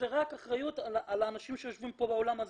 האחריות היא על האנשים שיושבים פה באולם הזה.